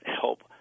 help